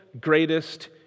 greatest